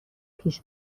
پیش